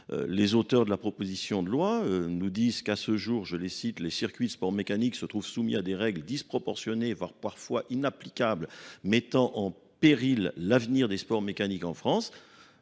Les auteurs de la proposition de loi nous disent qu'à ce jour, je les cite, les circuits de sport mécanique se trouvent soumis à des règles disproportionnées, voire parfois inapplicables, mettant en péril l'avenir des sports mécaniques en France.